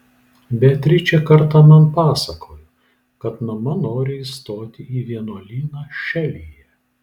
beatričė kartą man pasakojo kad mama nori įstoti į vienuolyną šelyje